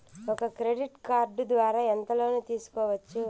ఒక credit card ద్వారా ఎంత లోను తీసుకోవచ్చు?